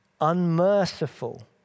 unmerciful